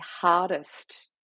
hardest